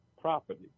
property